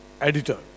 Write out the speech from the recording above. editor